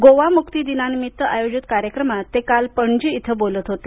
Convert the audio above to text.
गोवा मुक्ती दिनानिमित्त आयोजित कार्यक्रमात ते काल पणजी इथं बोलत होते